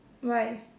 why